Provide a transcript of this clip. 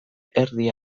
erdi